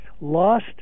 lost